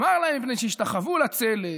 אמר להם: "מפני שהשתחוו לצלם".